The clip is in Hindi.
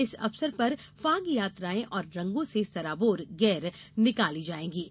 इस अवसर पर फाग यात्राएं और रंगों से सराबोर गेर निकाली जा रही है